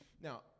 Now